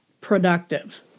productive